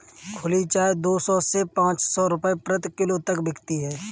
खुली चाय दो सौ से पांच सौ रूपये प्रति किलो तक बिकती है